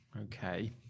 Okay